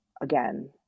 again